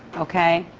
okay?